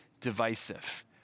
divisive